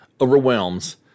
overwhelms